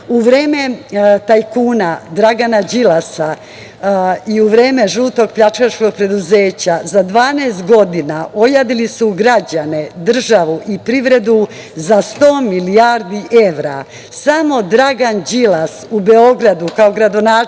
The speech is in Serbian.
vreme tajkuna Dragana Đilasa i u vreme žutog pljačkaškog preduzeća za 12 godina ojadili su građane, državu i privredu za 100 milijardi evra. Samo Dragan Đilas u Beogradu, kao gradonačelnik,